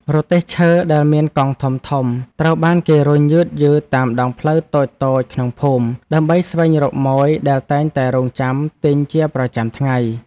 រទេះឈើដែលមានកង់ធំៗត្រូវបានគេរុញយឺតៗតាមដងផ្លូវតូចៗក្នុងភូមិ ដើម្បីស្វែងរកម៉ូយដែលតែងតែរង់ចាំទិញជាប្រចាំរាល់ថ្ងៃ។